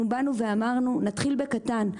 אנחנו באנו ואמרנו שנתחיל בקטן,